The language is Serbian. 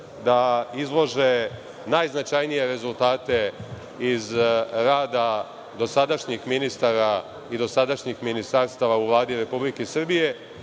da izlože najznačajnije rezultate iz rada dosadašnjih ministara i dosadašnjih ministarstava u Vladi Republike Srbije